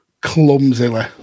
clumsily